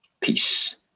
Peace